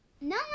no